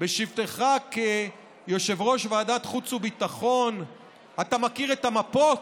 בשבתך כיושב-ראש ועדת חוץ וביטחון אתה מכיר את המפות?